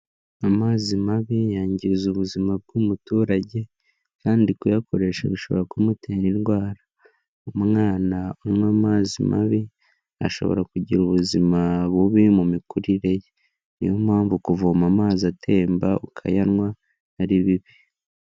Amazi mabi yangiza ubuzima bw'umuturage kandi kuyakoresha bishobora kumutera indwara, umwana unywa amazi mabi ashobora kugira ubuzima bubi mu mikurire ye, niyo mpamvu kuvoma amazi atemba ukayanywa ari bibi.